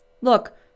look